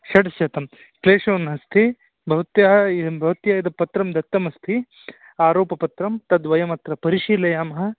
षड्शतं क्लेशो नास्ति भवत्याः एवं भवत्या यत् पत्रं दत्तमस्ति आरोपपत्रं तद्वयमत्र परिशीलयामः